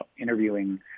interviewing